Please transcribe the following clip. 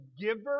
giver